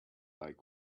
like